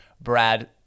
Brad